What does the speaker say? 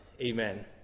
Amen